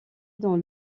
dans